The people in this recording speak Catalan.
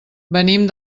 venim